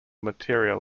material